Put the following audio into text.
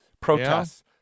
protests